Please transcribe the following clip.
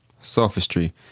Sophistry